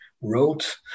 wrote